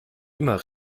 immer